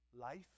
life